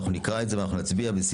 אנחנו נקרא את ההסתייגות ונצביע עליה.